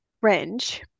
French